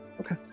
Okay